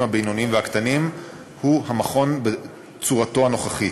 הבינוניים והקטנים הוא המכון בצורתו הנוכחית.